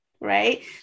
Right